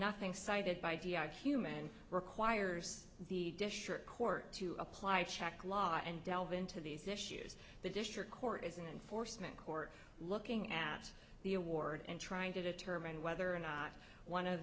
nothing cited by vi human requires the district court to apply check law and delve into these issues the district court is an enforcement court looking at the award and trying to determine whether or not one of